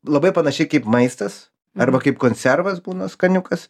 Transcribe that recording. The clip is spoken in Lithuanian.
labai panašiai kaip maistas arba kaip konservas būna skaniukas